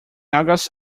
august